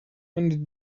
when